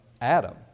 Adam